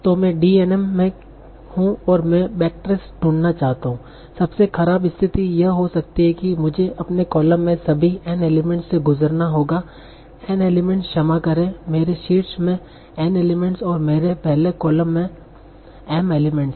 तो मैं D n m में हूं और मैं बैकट्रेस ढूंढना चाहता हूं सबसे खराब स्थिति यह हो सकती है कि मुझे अपने कॉलम में सभी N एलिमेंट्स से गुजरना होगा N एलिमेंट्स क्षमा करें मेरे शीर्ष में N एलिमेंट्स और मेरे पहले कॉलम में M एलिमेंट्स